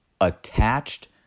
Attached